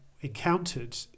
encountered